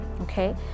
okay